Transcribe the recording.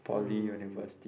poly university